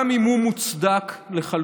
גם אם הוא מוצדק לחלוטין.